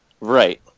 Right